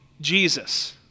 Jesus